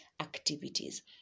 activities